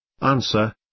Answer